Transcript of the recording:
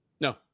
No